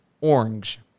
orange